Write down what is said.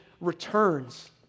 returns